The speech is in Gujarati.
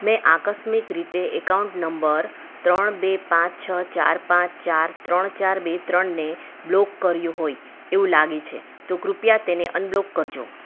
મેં આકસ્મિક રીતે એકાઉન્ટ નંબર ત્રણ બે પાંચ છ ચાર પાંચ ચાર ત્રણ ચાર બે ત્રણ ને બ્લોક કર્યો હોય એવું લાગે છે તો કૃપયા તેને અનબ્લોક કરજો